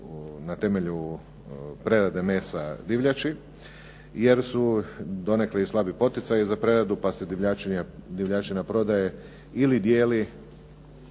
na temelju prerade mesa divljači jer u donekle i slabi poticaju za preradu pa se divljačina prodaje ili dijeli